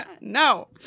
No